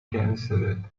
canceled